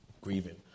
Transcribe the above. grieving